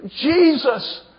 Jesus